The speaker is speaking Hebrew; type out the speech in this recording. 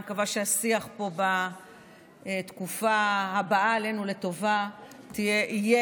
אני מקווה שהשיח פה בתקופה הבאה עלינו לטובה יהיה